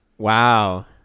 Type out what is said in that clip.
Wow